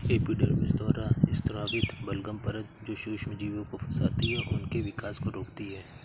epidermis द्वारा स्रावित बलगम परत जो सूक्ष्मजीवों को फंसाती है और उनके विकास को रोकती है